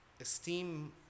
Esteem